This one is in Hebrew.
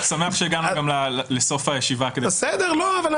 שמח שהגענו גם לסוף הישיבה כדי --- אמרתי,